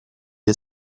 est